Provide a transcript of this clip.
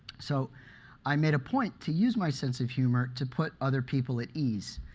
so i made a point to use my sense of humor to put other people at ease.